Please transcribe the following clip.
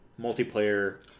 multiplayer